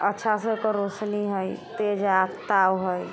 अच्छा से ओकर रोशनी हइ तेज ताव हइ